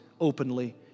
openly